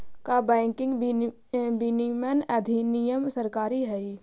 का बैंकिंग विनियमन अधिनियम सरकारी हई?